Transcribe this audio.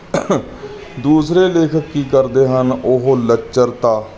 ਦੂਸਰੇ ਲੇਖਕ ਕੀ ਕਰਦੇ ਹਨ ਉਹ ਲੱਚਰਤਾ